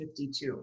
52